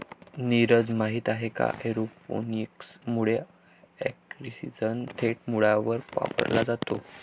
नीरज, माहित आहे का एरोपोनिक्स मुळे ऑक्सिजन थेट मुळांवर वापरला जातो